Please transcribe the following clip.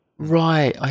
Right